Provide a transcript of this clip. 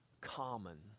common